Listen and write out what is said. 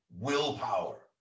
willpower